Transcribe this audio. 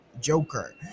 Joker